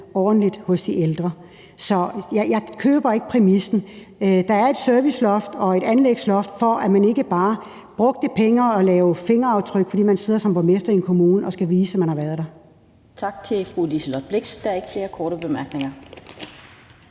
ordentligt hos de ældre. Så jeg køber ikke præmissen. Der er et serviceloft og et anlægsloft, for at man ikke bare kan bruge penge og sætte nogle fingeraftryk, fordi man sidder som borgmester i en kommune og skal vise, at man har været der. Kl. 17:27 Den fg. formand (Annette Lind): Tak til fru Liselott Blixt. Der er ikke flere korte bemærkninger.